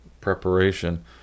preparation